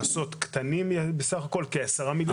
קטנים - כ-10 מיליון שקל.